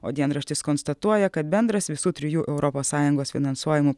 o dienraštis konstatuoja kad bendras visų trijų europos sąjungos finansuojamų